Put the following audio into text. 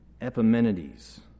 Epimenides